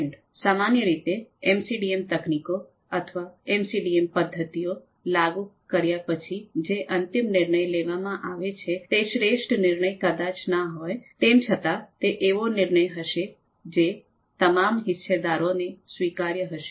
સામાન્ય રીતે એમસીડીએમ તકનીકો અથવા એમસીડીએમ પદ્ધતિઓ લાગુ કર્યા પછી જે અંતિમ નિર્ણય લેવામાં આવે છે તે શ્રેષ્ઠ નિર્ણય કદાચ ના હોય તેમ છતા તે એવો નિર્ણય હશે જે તમામ હિસ્સેદારોને સ્વીકાર્ય હશે